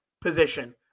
position